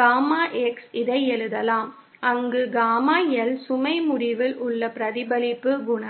gamma X இதை எழுதலாம் அங்கு காமா L சுமை முடிவில் உள்ள பிரதிபலிப்பு குணகம்